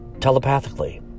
telepathically